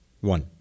one